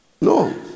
no